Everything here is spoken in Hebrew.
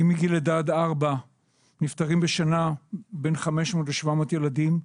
מגיל לידה עד גיל ארבע נפטרים מדי שנה בין 500 ל-700 ילדים,